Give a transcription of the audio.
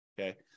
Okay